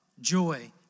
joy